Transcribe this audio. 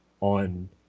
on